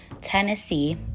Tennessee